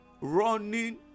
running